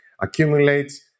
accumulates